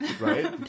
right